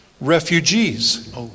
Refugees